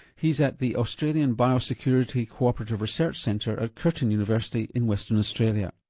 he's at the australian biosecurity cooperative research centre at curtin university in western australia.